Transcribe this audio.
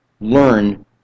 learn